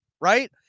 right